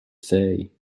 say